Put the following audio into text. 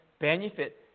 benefit